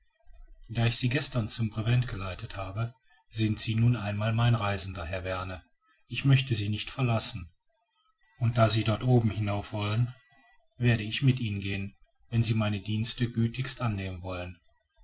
da ich sie gestern zum brevent geleitet habe sind sie nun einmal mein reisender herr verne ich möchte sie nicht verlassen und da sie dort oben hinauf wollen werde ich mit ihnen gehen wenn sie meine dienste gütigst annehmen wollen